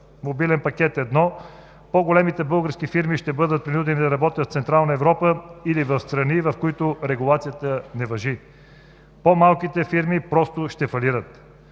„Мобилен пакет 1“, по-големите български фирми ще бъдат принудени да работят в Централна Европа или в страни, в които регулацията не важи, а по-малките фирми просто ще фалират.